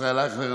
ישראל אייכלר,